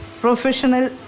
Professional